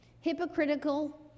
hypocritical